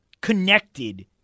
connected